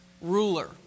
ruler